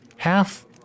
Half